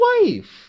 wife